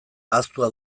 ahaztua